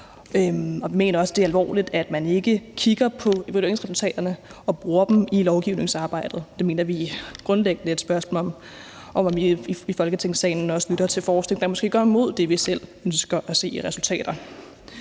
vi mener også, det alvorligt, at man ikke kigger på evalueringsresultaterne og bruger dem i lovgivningsarbejdet. Det mener vi grundlæggende er et spørgsmål om, at vi i Folketingssalen også lytter til forskning, der måske går imod det, vi selv ønsker at se af resultater.